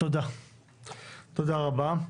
תודה רבה.